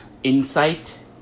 Insight